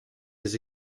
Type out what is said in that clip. his